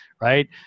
right